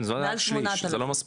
מעל 8,000. זה לא מספיק,